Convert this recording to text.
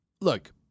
look